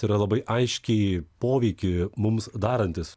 tai yra labai aiškiai poveikį mums darantis